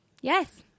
Yes